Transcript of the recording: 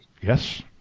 Yes